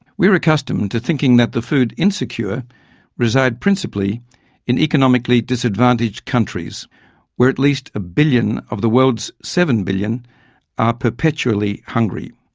we are accustomed to thinking that the food insecure reside principally in economically disadvantaged countries where at least a billion of the world's seven billion are perpetually hungry.